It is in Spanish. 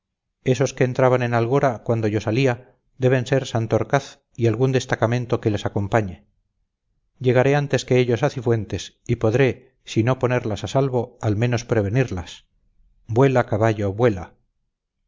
esos que entraban en algora cuando yo salía deben ser santorcaz y algún destacamento que les acompañe llegaré antes que ellos a cifuentes y podré si no ponerlas a salvo al menos prevenirlas vuela caballo vuela